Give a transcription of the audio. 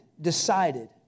decided